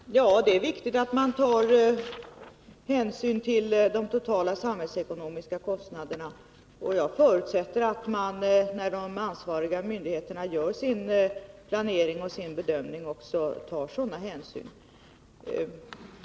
Herr talman! Ja, det är viktigt att man tar hänsyn till de totala samhällsekonomiska kostnaderna. Jag förutsätter att man när de ansvariga myndigheterna gör sin planering och bedömning också tar sådana hänsyn.